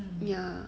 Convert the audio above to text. ya